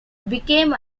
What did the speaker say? became